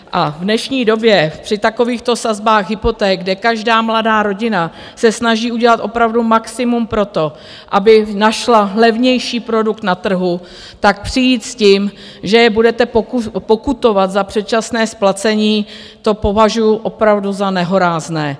A v dnešní době, při takovýchto sazbách hypoték, kde každá mladá rodina se snaží udělat opravdu maximum pro to, aby našla levnější produkt na trhu, tak přijít s tím, že je budete pokutovat za předčasné splacení, to považuji opravdu za nehorázné.